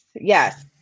Yes